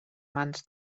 mans